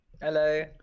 Hello